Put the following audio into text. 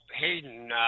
Hayden –